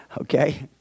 Okay